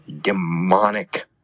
demonic